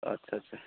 आच्चा आच्चा